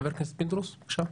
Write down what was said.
חבר הכנסת פינדרוס, בבקשה.